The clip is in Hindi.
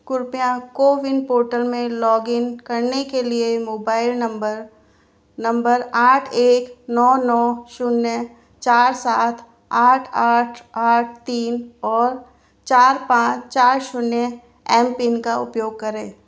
कृपया कोविन पोर्टल में लॉगइन करने के लिए मोबाइल नंबर नंबर आठ एक नौ नौ शून्य चार सात आठ आठ आठ तीन और चार पाँच चार शून्य एम पिन का उपयोग करें